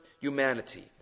humanity